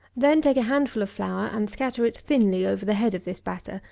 then take a handful of flour and scatter it thinly over the head of this batter,